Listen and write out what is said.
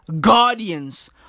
guardians